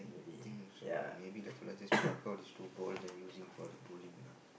think so lah maybe the fella just pluck out this two bowl then using for the bowling lah